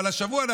אבל השבוע,